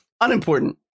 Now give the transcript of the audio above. Unimportant